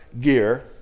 gear